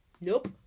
Nope